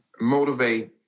motivate